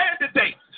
candidates